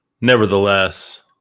nevertheless